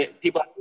people